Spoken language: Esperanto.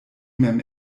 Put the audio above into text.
mem